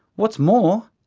what's more,